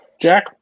Jack